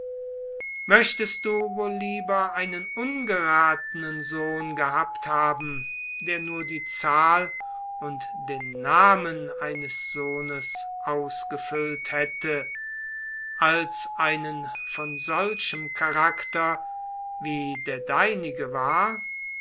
möchtest du wohl lieber einen ungerathenen sohn gehabt haben der nur die zahl und den namen eines sohnes ausgefüllt hätte als einen von solchem charakter wie der deinige war